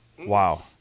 Wow